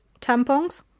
tampons